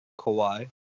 Kawhi